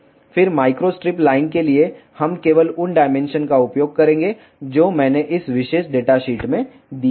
फिर microstrip line के लिए हम केवल उन डायमेंशन का उपयोग करेंगे जो मैंने इस विशेष डेटाशीट में दिए हैं